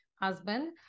husband